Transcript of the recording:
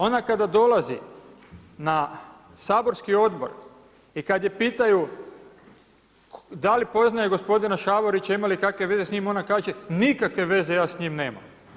Ona kada dolazi na saborski odbor i kad je pitaju da li poznaje gospodina Šavorića, ima li kakve veze s njim, ona kaže nikakve veze ja s njim nemam.